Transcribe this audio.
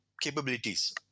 capabilities